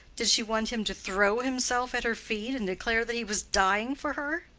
did she want him to throw himself at her feet and declare that he was dying for her?